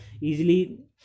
easily